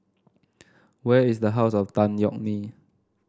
where is the House of Tan Yeok Nee